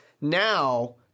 Now